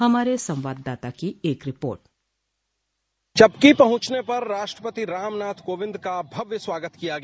हमारे संवाददाता की एक रिपोर्ट चपकी पहुंचने पर राष्ट्रपति रामनाथ कोविंद का भव्य स्वागत किया गया